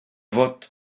faotr